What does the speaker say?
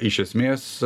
iš esmės